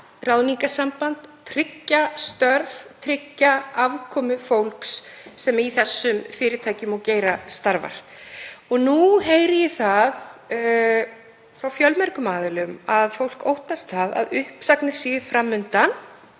ráðningarsamband, tryggja störf, tryggja afkomu fólks sem í þessum fyrirtækjum og geira starfa. Nú heyri ég það frá fjölmörgum aðilum að fólk óttast að uppsagnir séu fram undan